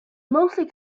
mostly